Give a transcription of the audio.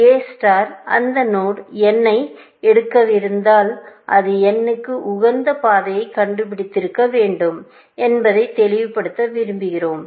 எ star அந்த node n ஐ எடுக்கவிருந்தால் அது n க்கு உகந்த பாதையை கண்டுபிடித்திருக்க வேண்டும் என்பதை தெளிவுபடுத்த விரும்புகிறோம்